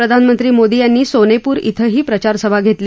प्रधानमंत्री मोदी यांनी सोनेपूर शेंही प्रचारसभा घेतली